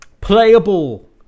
playable